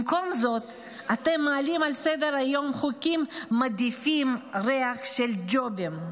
במקום זאת אתם מעלים על סדר-היום חוקים המדיפים ריח של ג'ובים.